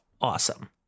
awesome